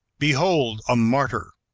behold a martyr,